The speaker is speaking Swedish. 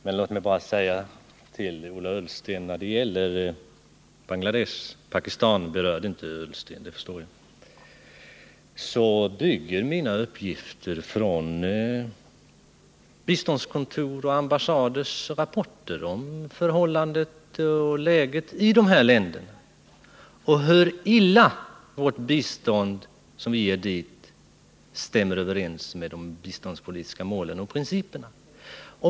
Men låt mig bara säga till Ola Ullsten när det gäller Bangladesh — Pakistan berörde han inte, och det förstår jag — att mina uppgifter bygger på rapporter från biståndskontor och ambassader om förhållandena i de här länderna och om hur illa vårt bistånd dit stämmer överens med de biståndspolitiska målen och principerna.